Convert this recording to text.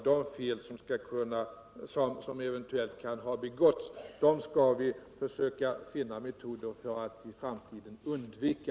de fel som eventuellt kan ha begåtts skall vi försöka finna metoder för att i framtiden undvika.